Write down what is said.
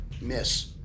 miss